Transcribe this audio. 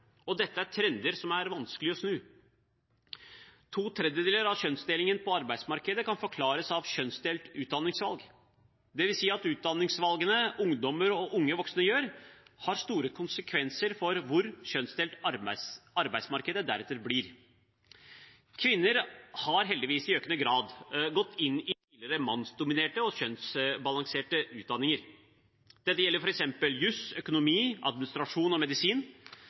og dette er trender som er vanskelig å snu. To tredjedeler av kjønnsdelingen på arbeidsmarkedet kan forklares med kjønnsdelt utdanningsvalg, dvs. at utdanningsvalgene ungdommer og unge voksne tar, har store konsekvenser for hvor kjønnsdelt arbeidsmarkedet deretter blir. Kvinner har heldigvis, i økende grad, gått inn i tidligere mannsdominerte og kjønnsbalanserte utdanninger. Det gjelder f.eks. jus, økonomi, administrasjon og medisin.